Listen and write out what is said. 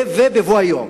ובבוא היום